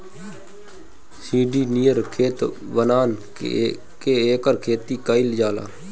सीढ़ी नियर खेत बना के एकर खेती कइल जाला